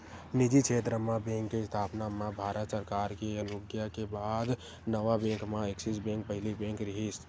निजी छेत्र म बेंक के इस्थापना म भारत सरकार के अनुग्या के बाद नवा बेंक म ऐक्सिस बेंक पहिली बेंक रिहिस